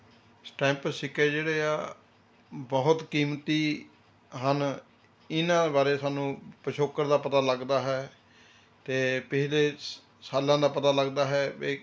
stamp ਸਿੱਕੇ ਜਿਹੜੇ ਆ ਬਹੁਤ ਕੀਮਤੀ ਹਨ ਇਹਨਾਂ ਬਾਰੇ ਸਾਨੂੰ ਪਿਛੋਕੜ ਦਾ ਪਤਾ ਲੱਗਦਾ ਹੈ ਅਤੇ ਪਿਛਲੇ ਸ ਸਾਲਾਂ ਦਾ ਪਤਾ ਲੱਗਦਾ ਹੈ ਬਈ